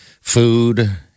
Food